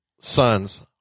sons